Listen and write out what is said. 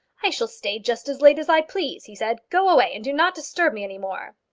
i shall stay just as late as i please, he said. go away, and do not disturb me any more.